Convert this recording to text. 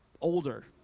older